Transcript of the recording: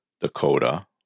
Dakota